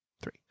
three